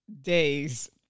days